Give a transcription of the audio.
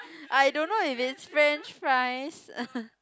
I don't know if it's french fries